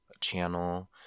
channel